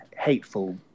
hateful